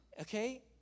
okay